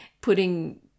putting